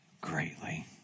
greatly